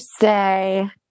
say